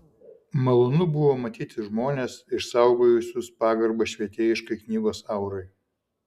malonu buvo matyti žmones išsaugojusius pagarbą švietėjiškajai knygos aurai